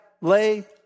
lay